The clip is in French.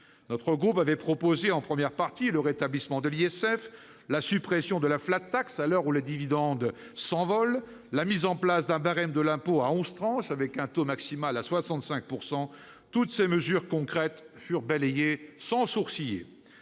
Notre groupe avait proposé en première partie le rétablissement de l'impôt de solidarité sur la fortune (ISF), la suppression de la à l'heure où les dividendes s'envolent, la mise en place d'un barème de l'impôt à 11 tranches avec un taux maximal de 65 %. Toutes ces mesures concrètes ont été balayées sans sourciller.